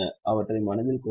அவற்றை மனதில் கொள்ளுங்கள்